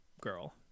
girl